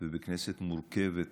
ובכנסת מורכבת